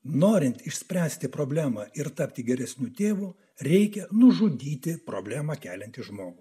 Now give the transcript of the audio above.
norint išspręsti problemą ir tapti geresniu tėvu reikia nužudyti problemą keliantį žmogų